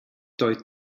doedd